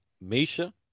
Misha